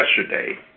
yesterday